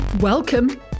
Welcome